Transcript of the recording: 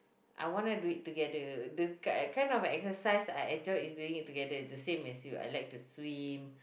I wanna do it together the kind of exercise that I enjoy is doing it together the same as you I like to swim